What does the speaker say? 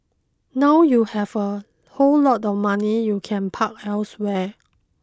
now you have a whole lot of money you can park elsewhere